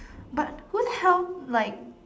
but who the hell like